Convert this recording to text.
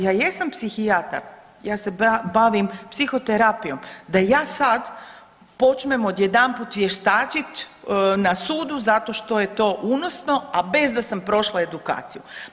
Ja jesam psihijatar, ja se bavim psihoterapijom, da ja sad počnem odjedanput vještačit na sudu zato što je to unosno, a bez da sam prošla edukaciju.